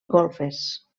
golfes